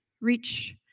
reach